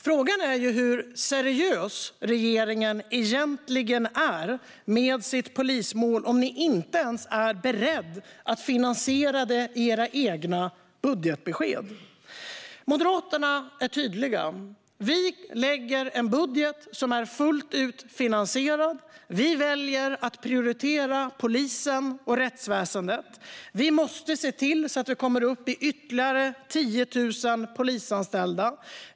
Frågan är hur seriös regeringen egentligen är med sitt polismål om ni inte ens är beredda att finansiera det i era budgetbesked. Moderaterna är tydliga: Vi lägger en budget som är fullt ut finansierad. Vi väljer att prioritera polisen och rättsväsendet. Vi måste se till att vi kommer upp i ytterligare 10 000 polisanställda.